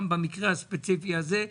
גם במקרה הספציפי הזה,